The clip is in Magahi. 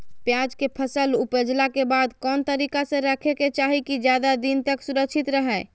प्याज के फसल ऊपजला के बाद कौन तरीका से रखे के चाही की ज्यादा दिन तक सुरक्षित रहय?